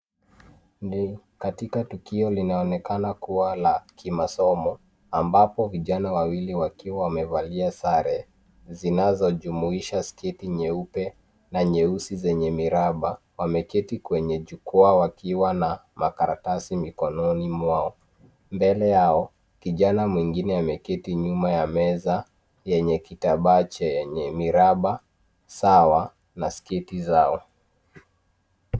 Ni katika tukio linaonekana kuwa la kimasomo, ambapo vijana wawili wakiwa wamevalia sare zinazojumuisha sketi nyeupe na nyeusi zenye miraba, wameketi kwenye jukwaa wakiwa na makaratasi mikononi mwao. Mbele yao, kijana mwingine ameketi nyuma ya meza yenye kitambaa chenye miraba sawa na sketi zao.